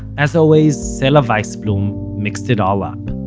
as always, sela waisblum mixed it all up